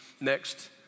next